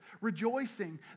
rejoicing